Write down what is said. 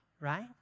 Right